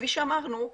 כפי שאמרנו,